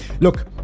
Look